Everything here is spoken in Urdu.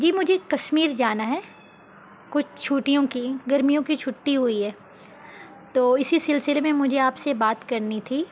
جی مجھے کشمیر جانا ہے کچھ چھٹیوں کی گرمیوں کی چھٹی ہوئی ہے تو اسی سلسلے میں مجھے آپ سے بات کرنی تھی